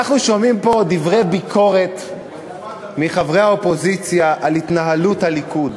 אנחנו שומעים פה דברי ביקורת מחברי האופוזיציה על התנהלות הליכוד.